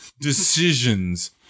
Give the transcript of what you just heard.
decisions